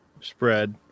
spread